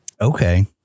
Okay